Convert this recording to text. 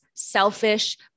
selfish